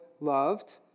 loved